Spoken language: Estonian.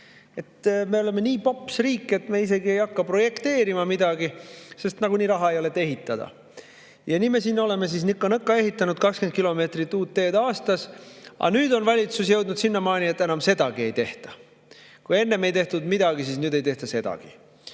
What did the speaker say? Me oleme nii pops riik, et me isegi ei hakka midagi projekteerima, sest nagunii raha ei ole, et ehitada. Nii me siis oleme nika-nõka ehitanud 20 kilomeetrit uut teed aastas, aga nüüd on valitsus jõudnud sinna, et enam sedagi ei tehta. Kui enne ei tehtud midagi, siis nüüd ei tehta sedagi.